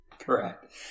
Correct